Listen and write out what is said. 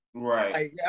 Right